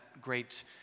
great